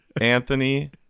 Anthony